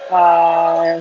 err